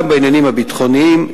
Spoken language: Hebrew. גם בעניינים הביטחוניים,